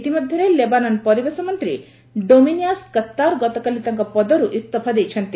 ଇତିମଧ୍ୟରେ ଲେବାନନ ପରିବେଶ ମନ୍ତ୍ରୀ ଡାମିଆନୋସ୍ କତ୍ତାର ଗତକାଲି ତାଙ୍କ ପଦରୁ ଇସଫା ଦେଇଛନ୍ତି